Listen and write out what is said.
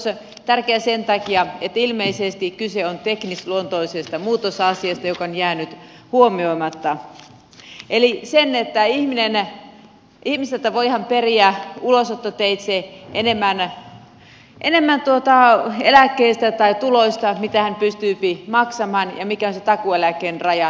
se on tärkeä sen takia että ilmeisesti kyse on teknisluonteisesta muutosasiasta joka on jäänyt huomioimatta eli siitä että ihmiseltä voidaan periä ulosottoteitse eläkkeestä tai tuloista enemmän mitä hän pystyy maksamaan ja mikä on sen takuueläkkeen raja